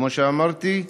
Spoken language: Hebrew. כמו שאמרתי,